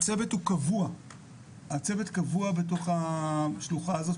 הצוות הוא קבוע בתוך השלוחה הזו.